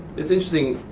it's interesting,